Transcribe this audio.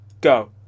Go